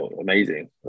amazing